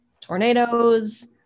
Tornadoes